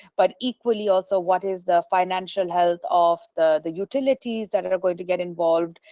but equally also what is the financial health of the the utilities that are going to get involved,